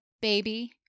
baby